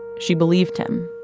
she believed him.